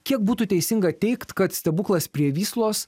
kiek būtų teisinga teigt kad stebuklas prie vyslos